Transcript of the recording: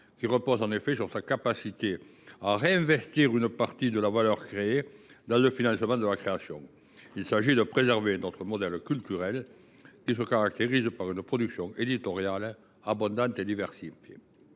ci repose en effet sur sa capacité à réinvestir une partie de la valeur créée dans le financement de la création artistique. Il s’agit de préserver notre modèle culturel, qui se caractérise par une production éditoriale abondante et diversifiée.